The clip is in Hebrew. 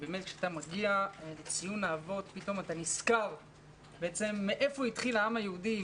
כשאתה מגיע לציון האבות פתאום אתה נזכר מאיפה התחיל העם היהודי,